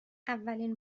اولین